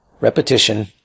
repetition